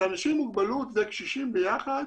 שאנשים עם מוגבלות וקשישים ביחד